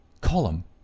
Column